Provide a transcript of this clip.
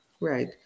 Right